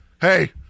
Hey